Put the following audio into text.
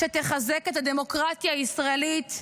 שתחזק את הדמוקרטיה הישראלית,